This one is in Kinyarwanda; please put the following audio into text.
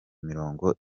mirongo